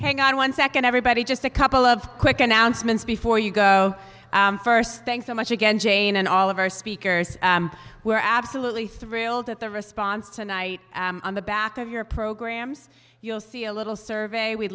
hang on one second everybody just a couple of quick announcements before you go first thanks so much again jane and all of our speakers were absolutely thrilled at the response tonight on the back of your programs you'll see a little survey we